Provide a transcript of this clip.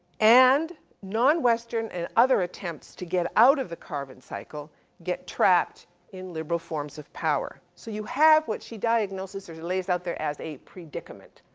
and nonwestern and other attempts to get out of the carbon cycle get trapped in liberal forms of power. so you have what she diagnoses or lays out there as a predicament.